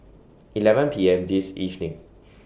eleven P M This evening